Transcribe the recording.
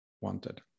wanted